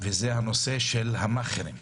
הנושא של המאכערים.